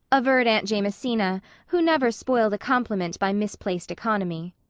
averred aunt jamesina, who never spoiled a compliment by misplaced economy.